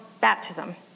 baptism